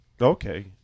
Okay